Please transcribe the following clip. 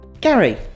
Gary